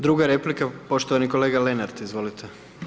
Druga replika, poštovani kolega Lenart, izvolite.